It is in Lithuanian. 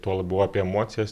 tuo labiau apie emocijas